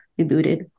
rebooted